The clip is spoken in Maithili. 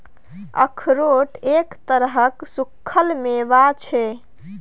अखरोट एक तरहक सूक्खल मेवा छै